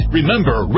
Remember